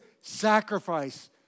sacrifice